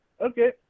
Okay